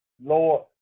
Lord